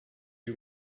you